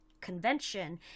Convention